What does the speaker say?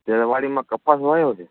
અત્યારે વાડીમાં કપાસ વાવ્યો છે